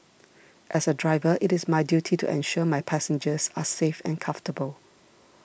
as a driver it is my duty to ensure my passengers are safe and comfortable